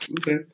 Okay